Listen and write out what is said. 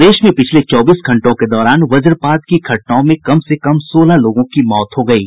प्रदेश में पिछले चौबीस घंटों के दौरान वजपात की घटनाओं में कम से कम सोलह लोगों की मौत हो गयी